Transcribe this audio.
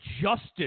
justice